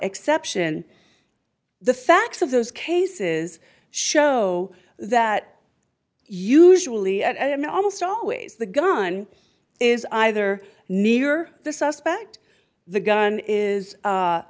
exception the facts of those cases show that usually almost always the gun is either near the suspect the gun is